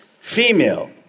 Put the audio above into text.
female